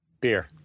Beer